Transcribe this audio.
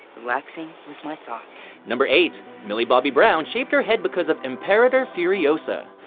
relaxing with my thoughts. number eight millie bobby brown shaved her head because of imperator furiosa.